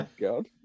God